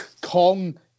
Kong